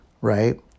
Right